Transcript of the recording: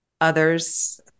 others